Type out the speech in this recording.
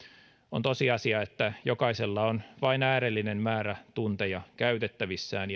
on tosiasia että jokaisella on vain äärellinen määrä tunteja käytettävissään